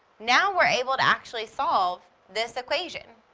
now we're able to actually solve this equation,